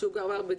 כשהוא כבר בדיכאון,